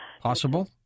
Possible